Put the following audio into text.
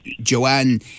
Joanne